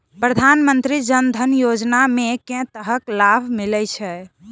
प्रधानमंत्री जनधन योजना मे केँ तरहक लाभ मिलय छै?